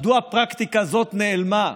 מדוע הפרקטיקה הזאת נעלמה?